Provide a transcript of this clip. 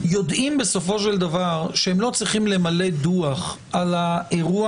יודעים בסופו של דבר שהם לא צריכים למלא דוח על האירוע